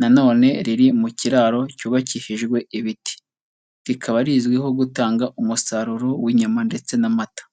na none riri mu kiraro cyubakishijwe ibiti, rikaba rizwiho gutanga umusaruro w'inyama ndetse n'amata.